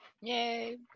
Yay